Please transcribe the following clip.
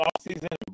offseason